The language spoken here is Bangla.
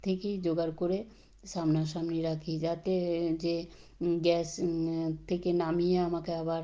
থেকেই জোগাড় করে সামনাসামনি রাখি যাতে যে গ্যাস থেকে নামিয়ে আমাকে আবার